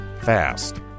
fast